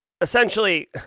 essentially